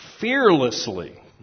fearlessly